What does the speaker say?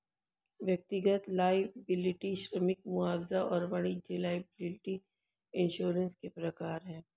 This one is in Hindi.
व्यक्तिगत लॉयबिलटी श्रमिक मुआवजा और वाणिज्यिक लॉयबिलटी इंश्योरेंस के प्रकार हैं